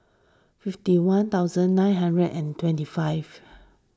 fifty one thousand nine hundred and twenty five